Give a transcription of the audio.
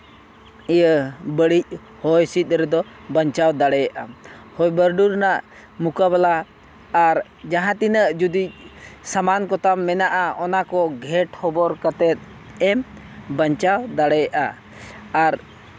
ᱤᱭᱟᱹ ᱵᱟᱹᱲᱤᱡᱽ ᱦᱚᱭ ᱦᱤᱸᱥᱤᱫ ᱨᱮᱫᱚ ᱵᱟᱧᱪᱟᱣ ᱫᱟᱲᱮᱭᱟᱜᱼᱟᱢ ᱦᱚᱭᱼᱵᱟᱹᱨᱰᱩ ᱨᱮᱱᱟᱜ ᱢᱚᱠᱟᱵᱤᱞᱟ ᱟᱨ ᱡᱟᱦᱟᱸᱛᱤᱱᱟᱹᱜ ᱡᱩᱫᱤ ᱥᱟᱢᱟᱱ ᱠᱚᱛᱟᱢ ᱢᱮᱱᱟᱜᱼᱟ ᱚᱱᱟ ᱠᱚ ᱜᱷᱮᱸᱴ ᱦᱚᱵᱚᱨ ᱠᱟᱛᱮᱫ ᱮᱢ ᱵᱟᱧᱪᱟᱣ ᱫᱟᱲᱮᱭᱟᱜᱼᱟ ᱟᱨ